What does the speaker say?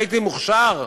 הייתי מוכשר,